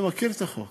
אני מכיר את החוק.